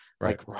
Right